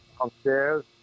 upstairs